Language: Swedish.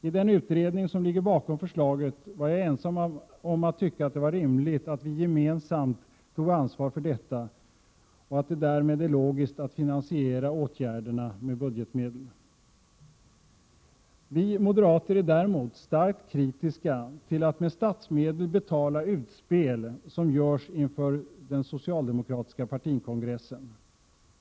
I den utredning som ligger bakom förslaget var jag ensam om att tycka att det var rimligt att vi gemensamt tar ansvar för detta och att det därmed är logiskt att finansiera åtgärderna med budgetmedel. Vi moderater är däremot starkt kritiska till att med statsmedel betala utspel inför den socialdemokratiska partikongressen.